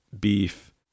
beef